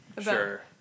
Sure